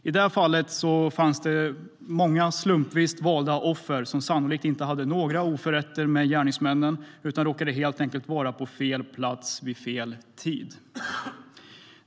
I det här fallet var det många slumpvisa offer som sannolikt inte hade något otalt med gärningsmännen utan helt enkelt råkade vara på fel plats vid fel tid.